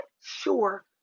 sure